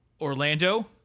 Orlando